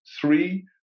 three